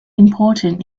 important